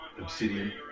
obsidian